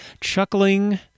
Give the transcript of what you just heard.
chuckling